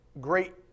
great